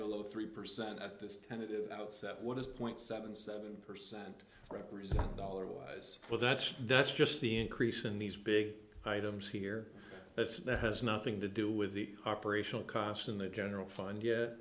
below three percent at this tentative outset what does point seven seven percent represent dollar wise well that's that's just the increase in these big items here as it has nothing to do with the operational costs in the general fund get